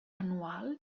anual